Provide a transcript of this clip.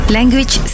Language